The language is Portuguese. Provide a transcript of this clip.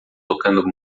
tocando